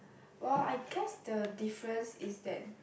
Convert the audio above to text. well I guess the difference is that